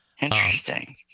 Interesting